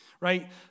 right